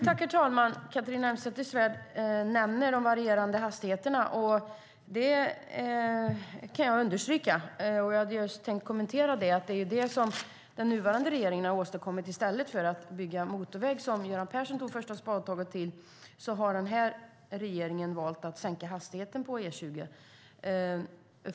Herr talman! Catharina Elmsäter-Svärd nämner de varierande hastigheterna. Jag hade just tänkt kommentera att det är vad den nuvarande regeringen har åstadkommit. I stället för att bygga motorväg, vilket Göran Persson tog första spadtaget till, har regeringen valt att sänka hastigheten på E20.